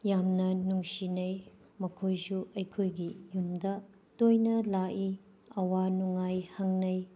ꯌꯥꯝꯅ ꯅꯨꯡꯁꯤꯅꯩ ꯃꯈꯣꯏꯁꯨ ꯑꯩꯈꯣꯏꯒꯤ ꯌꯨꯝꯗ ꯇꯣꯏꯅ ꯂꯥꯛꯏ ꯑꯋꯥ ꯅꯨꯡꯉꯥꯏ ꯍꯪꯅꯩ